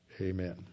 amen